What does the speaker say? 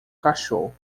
cachorro